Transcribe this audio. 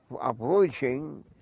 approaching